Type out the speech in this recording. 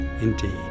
indeed